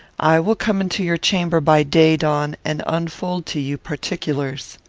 i will come into your chamber by day-dawn, and unfold to you particulars.